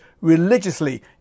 religiously